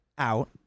out